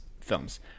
films